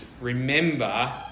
Remember